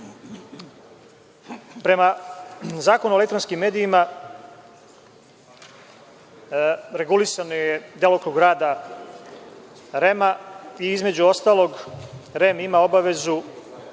volja. Prema Zakonu o elektronskim medijima regulisan je delokrug rada REM i između ostalog REM ima obavezu